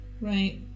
Right